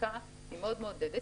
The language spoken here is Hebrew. שהחקיקה מאוד מעודדת.